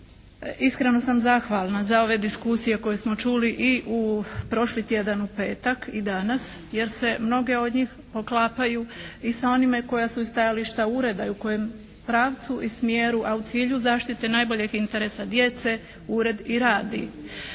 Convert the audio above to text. Iskreno sam zahvalna za ove diskusije koje smo čuli i prošli tjedan u petak i danas, jer se mnoge od njih poklapaju i sa onime koja su i stajališta i ureda i u kojem pravcu i smjeru a u cilju zaštite najboljih interesa djece ured i radi.